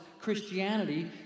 Christianity